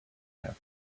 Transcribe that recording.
have